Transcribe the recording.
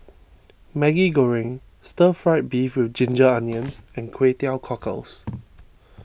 Maggi Goreng Stir Fried Beef with Ginger Onions and Kway Teow Cockles